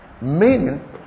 Meaning